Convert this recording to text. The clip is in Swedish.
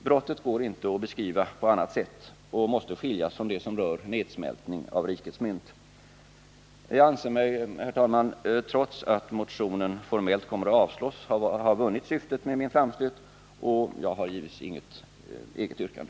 Brottet går inte att beskriva på annat sätt och måste skiljas från det som rör nedsmältning av rikets mynt. Jag anser mig, herr talman, trots att motionen formellt kommer att avslås, ha vunnit syftet med min framstöt, och jag har givetvis inget eget yrkande.